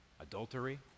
adultery